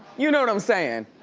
you know what i'm sayin'?